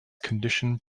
condition